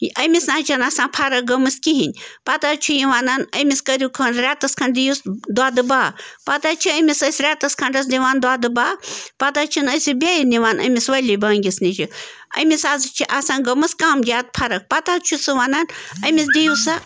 یہِ أمِس نہ حظ چھِنہٕ آسان فرق گٔمٕژ کِہیٖنۍ پَتہٕ حظ چھِ یہِ وَنان أمِس کٔرِو خہٕ رٮ۪تَس کھٔنٛڈ دِیوٗس دۄدٕ بَہہ پَتہٕ حظ چھِ أمِس أسۍ رٮ۪تَس کھٔنٛڈَس دۄدٕ بَہہ پَتہٕ حظ چھِن أسۍ یہِ بیٚیہِ نِوان أمِس ؤلی بٔنٛگِس نِشہٕ أمِس حظ چھِ آسان گٔمٕژ کَم جادٕ فرق پَتہٕ حظ چھُ سُہ وَنان أمِس دِیوٗ سا